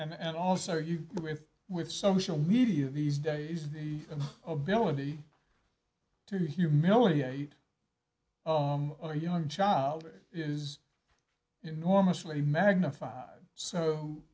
and also you know with with social media these days the ability to humiliate a young child is enormously magnified so